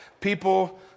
people